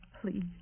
please